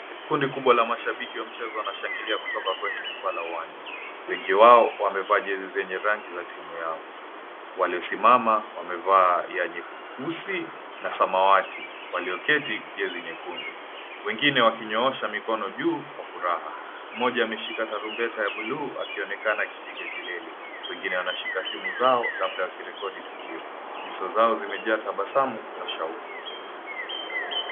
Kundi kubwa la mashabiki wa mchezo wanashangilia kutoka kwenye jukwaa la uwanja. Wengi wao wamevaa jezi zenye rangi za timu yao. Waliosimama wamevaa ya nyeusi na samawati, walioketi jezi nyekundu. Wengine wakinyoosha mikono juu kwa furaha. Mmoja ameshika tarumbeta ya buluu akionekana akipiga kelele. Wengine wanashika simu zao labda wakirekodi tukio. Nyuso zao zimejaa tabasamu na shauku.